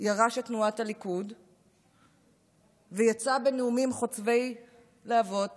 ירש את תנועת הליכוד ויצא בנאומים חוצבי להבות